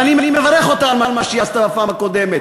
ואני מברך אותה על מה שהיא עשתה בפעם הקודמת,